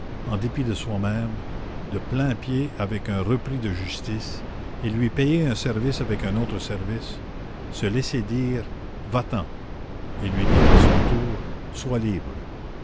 en dépit de soi-même de plain-pied avec un repris de justice et lui payer un service avec un autre service se laisser dire va-t'en et lui dire à son tour sois libre